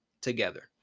together